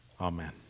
Amen